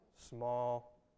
small